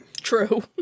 True